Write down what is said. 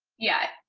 yeah.